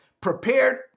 Prepared